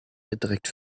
beträgt